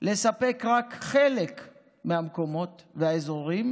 לספק רק חלק מהמקומות והאזורים,